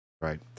Right